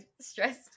stressed